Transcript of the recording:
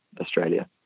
australia